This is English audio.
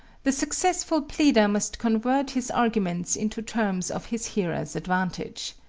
the successful pleader must convert his arguments into terms of his hearers' advantage.